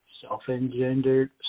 self-engendered